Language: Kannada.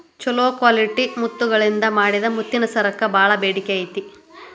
ಚೊಲೋ ಕ್ವಾಲಿಟಿ ಮುತ್ತಗಳಿಂದ ಮಾಡಿದ ಮುತ್ತಿನ ಸರಕ್ಕ ಬಾಳ ಬೇಡಿಕೆ ಐತಿ